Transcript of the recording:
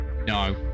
No